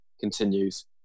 continues